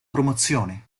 promozione